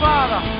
Father